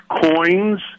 coins